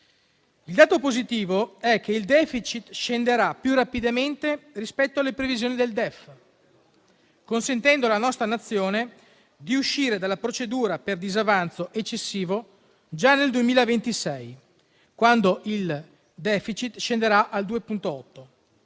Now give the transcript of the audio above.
Il dato positivo è che il *deficit* scenderà più rapidamente rispetto alle previsioni del DEF, consentendo alla nostra Nazione di uscire dalla procedura per disavanzo eccessivo già nel 2026, quando il *deficit* scenderà al 2,8,